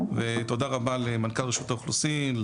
ותודה רבה למנכ"ל רשות האוכלוסין,